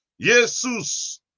Jesus